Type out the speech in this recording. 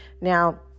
Now